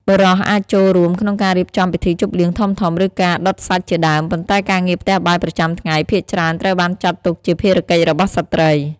បុរសអាចចូលរួមក្នុងការរៀបចំពិធីជប់លៀងធំៗ ឬការដុតសាច់ជាដើម ប៉ុន្តែការងារផ្ទះបាយប្រចាំថ្ងៃ ភាគច្រើនត្រូវបានចាត់ទុកជាភារកិច្ចរបស់ស្ត្រី។